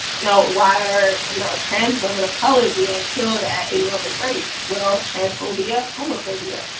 you know why are you know trans women of color being killed at enormous rates? well transphobia, homophobia,